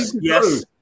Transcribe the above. Yes